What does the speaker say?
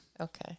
Okay